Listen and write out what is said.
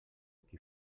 qui